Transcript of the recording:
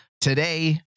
today